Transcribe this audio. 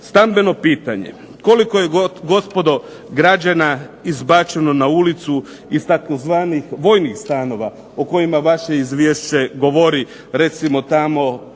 Stambeno pitanje. Koliko je gospodo građana izbačeno na ulicu iz tzv. vojnih stanova o kojima vaše izvješće govori recimo tamo